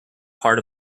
part